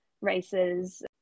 races